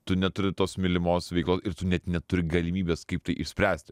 tu neturi tos mylimos veiklos ir tu net neturi galimybės kaip tai išspręsti